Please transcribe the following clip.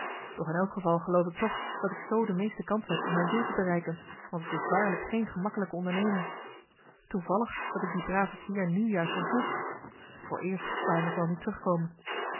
doch in elk geval geloof ik toch dat ik zoo de meeste kans heb om mijn doel te bereiken want het is waarlijk geen gemakkelijke onderneming toevallig dat ik dien braven peer nu juist ontmoet vooreerst zal hij nog wel niet terugkomen